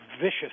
vicious